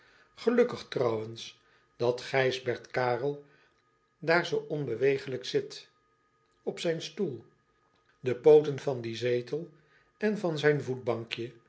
elukkig trouwens dat ijsbert arel daar zoo onbewegelijk zit op zijn stoel e pooten van dien zetel en van zijn